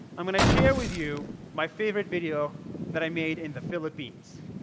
i'm going to share with you my favorite video that i made in the philippines.